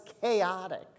chaotic